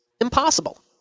Impossible